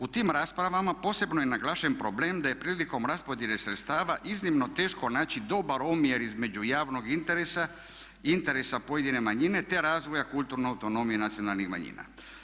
U tim raspravama posebno je naglašen problem da je prilikom raspodjele sredstava iznimno teško naći dobar omjer između javnog interesa, interesa pojedine manjine te razvoja kulturne autonomije nacionalnih manjina.